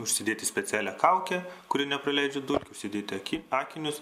užsidėti specialią kaukę kuri nepraleidžia dulkių užsidėti aki akinius